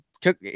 took